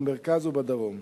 במרכז ובדרום.